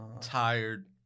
tired